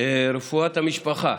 רפואת המשפחה,